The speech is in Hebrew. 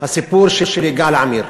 הסיפור של יגאל עמיר.